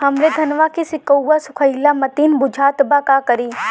हमरे धनवा के सीक्कउआ सुखइला मतीन बुझात बा का करीं?